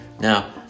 Now